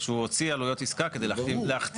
שהוא הוציא עלויות עסקה כדי להחתים.